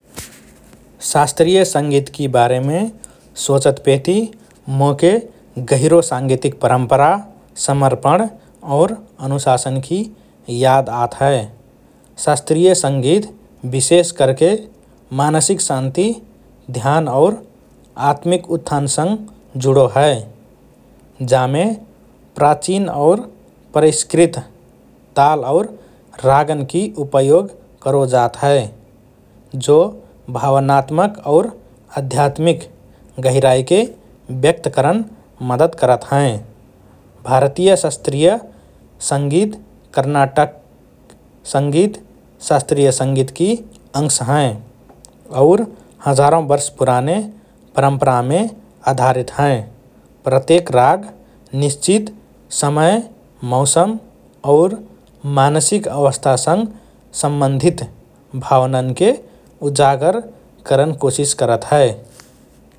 शास्त्रीय संगीतकि बारेमे सोचत पेति मोके गहिरो सांगीतिक परंपरा, समर्पण और अनुशासनकि याद आत हए । शास्त्रीय संगीत विशेष करके मानसिक शान्ति, ध्यान और आत्मिक उत्थानसँग जुडो हए । जामे प्राचीन और परिष्कृत ताल और रागन्कि उपयोग करो जात हए, जो भावनात्मक और आध्यात्मिक गहिराइके व्यक्त करन मद्दत करत हएँ । भारतीय शास्त्रीय संगीत, कर्नाटक संगीत शास्त्रीय संगीतकि अंश हएँ और हजारौं वर्ष पुराने परम्परामे आधारित हएँ । प्रत्येक राग निश्चित समय, मौसम और मानसिक अवस्थासँग सम्बन्धित भावनान्के उजागर करन कोशिस करत हए ।